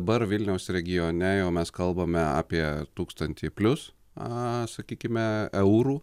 dabar vilniaus regione jau mes kalbame apie tūkstantį plius a sakykime eurų